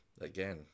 again